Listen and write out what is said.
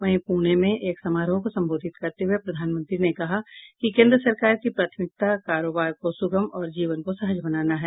वहीं पुणे में एक समारोह को संबोधित करते हुये प्रधानमंत्री ने कहा कि केन्द्र सरकार की प्राथमिकता कारोबार को सुगम और जीवन को सहज बनाना है